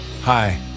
Hi